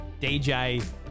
DJ